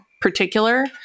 particular